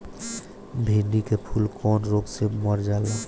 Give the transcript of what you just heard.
भिन्डी के फूल कौने रोग से मर जाला?